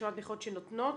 רשימת מכללות שנותנות?